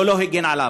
לא, לא הגן עליו.